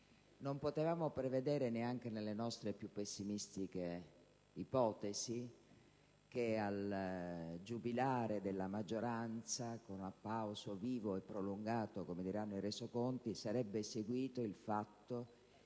Non potevamo prevedere, neanche nelle nostre più pessimistiche ipotesi, che al giubilare della maggioranza (con un applauso vivo e prolungato, come sarà scritto nei resoconti), sarebbe seguito il fatto che